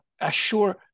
assure